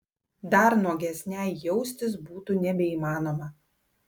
dar nuogesnei jaustis būtų nebeįmanoma